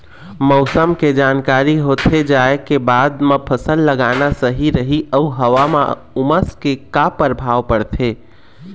मौसम के जानकारी होथे जाए के बाद मा फसल लगाना सही रही अऊ हवा मा उमस के का परभाव पड़थे?